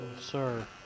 Sir